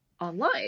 online